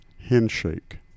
handshake